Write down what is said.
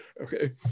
Okay